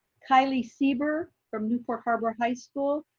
kylie seiber from newport harbor high school,